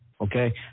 Okay